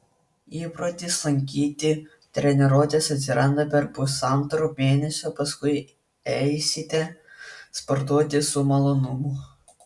įprotis lankyti treniruotes atsiranda per pusantro mėnesio paskui eisite sportuoti su malonumu